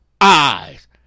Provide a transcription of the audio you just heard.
eyes